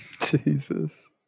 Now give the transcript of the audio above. Jesus